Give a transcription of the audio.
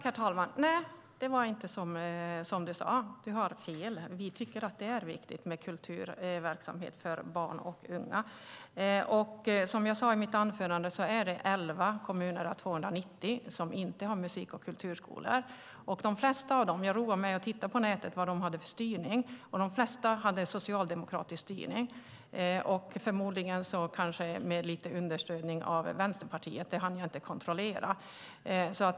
Herr talman! Nej, det är inte som Lars Ohly sade. Han hade fel. Vi tycker att det är viktigt med kulturverksamhet för barn och unga. Som jag sade i mitt anförande är det 11 kommuner av 290 som inte har musik och kulturskolor. Jag roade mig med att titta på nätet vad de kommunerna har för styrning, och de flesta har socialdemokratisk styrning, förmodligen med lite understöd av Vänsterpartiet - det hann jag inte kontrollera.